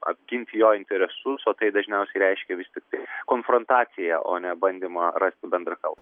apginti jo interesus o tai dažniausiai reiškia vis tik tai konfrontaciją o ne bandymą rasti bendrą kalbą